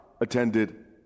attended